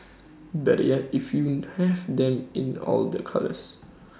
better yet if you have them in all the colours